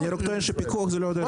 אני חושב שפיקוח אינו הדרך.